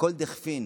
לכל דכפין.